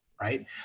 right